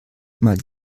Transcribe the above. mal